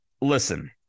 Listen